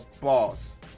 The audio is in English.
boss